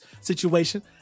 situation